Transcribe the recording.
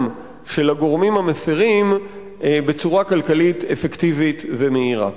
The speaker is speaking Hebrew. של הגורמים המפירים בצורה כלכלית אפקטיבית ומהירה.